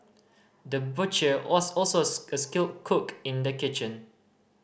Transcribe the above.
the butcher was also a skilled cook in the kitchen